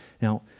Now